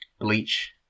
Bleach